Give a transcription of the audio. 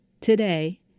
today